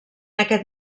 aquest